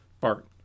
Bart